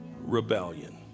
rebellion